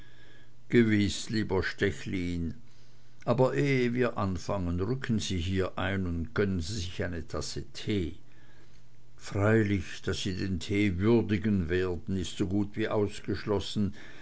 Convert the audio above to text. gewiß lieber stechlin aber ehe wir anfangen rücken sie hier ein und gönnen sie sich eine tasse tee freilich daß sie den tee würdigen werden ist so gut wie ausgeschlossen